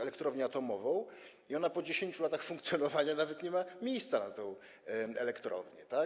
elektrownię atomową, i po 10 latach funkcjonowania nawet nie ma miejsca na tę elektrownię, tak?